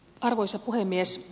arvoisa puhemies